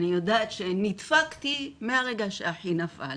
אני יודעת שנדפקתי מהרגע שאחי נפל,